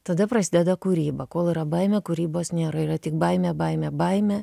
tada prasideda kūryba kol yra baimė kūrybos nėra yra tik baimė baimė baimė